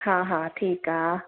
हा हा ठीकु आहे